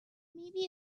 maybe